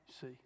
see